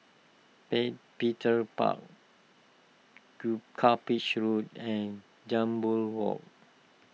Pay Petir Park Cuppage Road and Jambol Walk